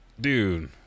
Dude